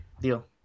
deal